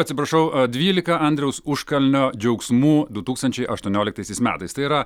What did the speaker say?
atsiprašau dvylika andriaus užkalnio džiaugsmų du tūkstančiai aštuonioliktaisiais metais tai yra